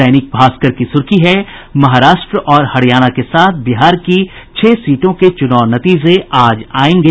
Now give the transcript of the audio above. दैनिक भास्कर की सुर्खी है महाराष्ट्र और हरियाणा के साथ बिहार की छह सीटों के चुनाव नतीजे आज आयेंगे